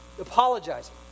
apologizing